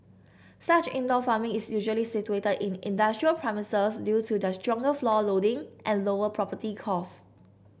such indoor farming is usually situated in industrial premises due to their stronger floor loading and lower property costs